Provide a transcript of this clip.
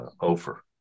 over